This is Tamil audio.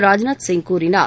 ராஜ்நாத் சிங் கூறினார்